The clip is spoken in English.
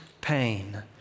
pain